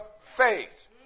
faith